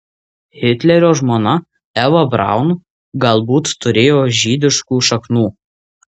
hitlerio žmona eva braun galbūt turėjo žydiškų šaknų